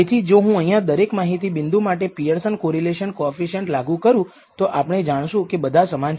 તેથી જો હું અહીંયા દરેક માહિતી બિંદુ માટે પિઅરસન કોરિલેશન કોએફિસિએંટ લાગુ કરું તો આપણે જાણશું કે તે બધા સમાન છે